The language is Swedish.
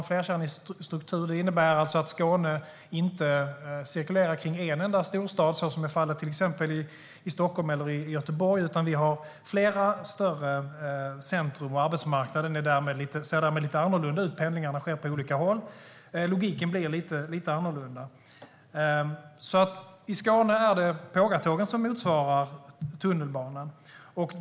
Det innebär att Skåne inte är centrerat kring en enda storstad, som fallet är med Stockholm och Göteborg. Vi har i stället flera större centrum, och arbetsmarknaden ser därmed lite annorlunda ut. Pendlingen sker på olika håll. Logiken blir lite annorlunda. I Skåne motsvarar alltså pågatågen tunnelbanan.